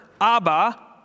Abba